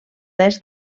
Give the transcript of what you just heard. est